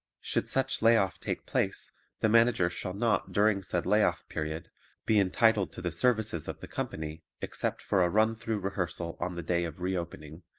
should such lay-off take place the manager shall not during said lay-off period be entitled to the services of the company except for a run-through rehearsal on the day of re-opening,